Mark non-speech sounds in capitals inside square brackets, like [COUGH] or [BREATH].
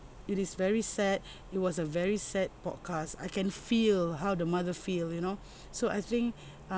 it is very sad [BREATH] it was a very sad podcast I can feel how the mother feel you know [BREATH] so I think uh